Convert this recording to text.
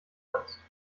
kannst